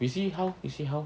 we see how we see how